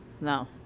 No